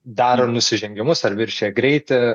daro ir nusižengimus ar viršija greitį